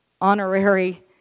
honorary